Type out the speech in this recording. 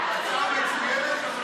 הצעה מצוינת,